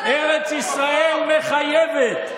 ארץ ישראל מחייבת,